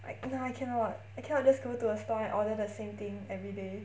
no I cannot I cannot just go to a stall and order the same thing everyday